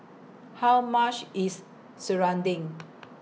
How much IS Serunding